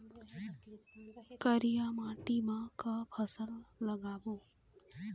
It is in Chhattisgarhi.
करिया माटी म का फसल लगाबो?